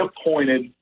appointed